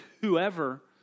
whoever